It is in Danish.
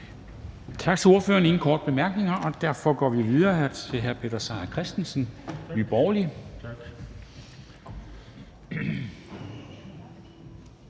Tak til ordføreren. Der er ingen korte bemærkninger, og derfor går vi videre til hr. Peter Seier Christensen, Nye Borgerlige.